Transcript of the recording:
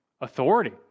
authority